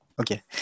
Okay